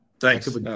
Thanks